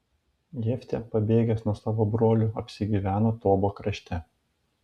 jeftė pabėgęs nuo savo brolių apsigyveno tobo krašte